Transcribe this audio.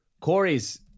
Corey's